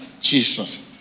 Jesus